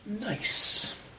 Nice